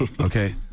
Okay